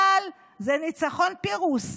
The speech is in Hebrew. אבל זה ניצחון פירוס,